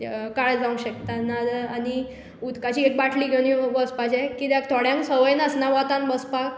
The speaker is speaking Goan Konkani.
काळें जावंग शेकता नाजाल्या आनी उदकाची एक बाटली घेवन येवं वसपाचें किद्याक थोड्यांग संवय नासना वोतान बसपाक